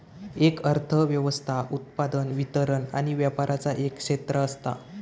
एक अर्थ व्यवस्था उत्पादन, वितरण आणि व्यापराचा एक क्षेत्र असता